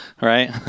right